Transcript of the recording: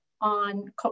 on